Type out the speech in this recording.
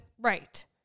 Right